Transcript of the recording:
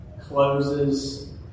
closes